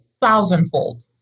thousandfold